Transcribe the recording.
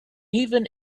even